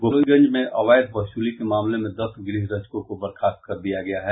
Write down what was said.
गोपालगंज में अवैध वसूली के मामले में दस गृह रक्षकों को बर्खास्त कर दिया गया है